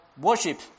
worship